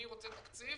אני רוצה תקציב,